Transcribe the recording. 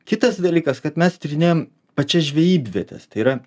kitas dalykas kad mes tyrinėjam pačias žvejybvietes tai yra